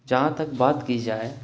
جہاں تک بات کی جائے